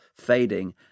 fading